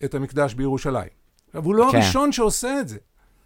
את המקדש בירושלים והוא לא הראשון שעושה את זה.